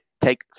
take